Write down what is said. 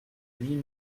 huit